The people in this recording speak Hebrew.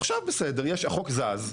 עכשיו בסדר השוק זז,